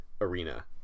arena